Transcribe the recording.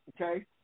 Okay